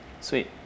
Sweet